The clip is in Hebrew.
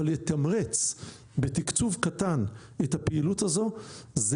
אבל לתמרץ בתקצוב קטן את הפעילות הזו זה